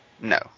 No